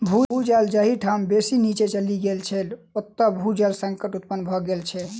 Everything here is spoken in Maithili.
भू जल जाहि ठाम बेसी नीचाँ चलि गेल छै, ओतय भू जल संकट उत्पन्न भ गेल छै